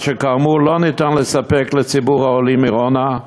מה שכאמור לא ניתן לספק לציבור העולים מירונה.